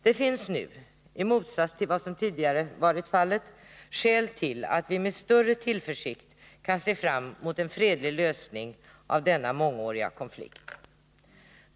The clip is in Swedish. Det finns nu, i motsats till vad som tidigare varit fallet, skäl till att vi med större tillförsikt kan se fram mot en fredlig lösning av denna mångåriga konflikt.